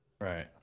right